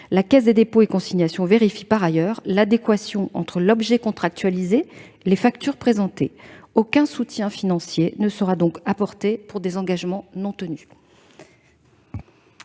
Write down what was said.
La Caisse des dépôts et consignations s'assure par ailleurs de l'adéquation entre l'objet contractualisé et les factures présentées. Aucun soutien financier ne sera donc apporté pour des engagements non tenus.